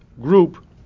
group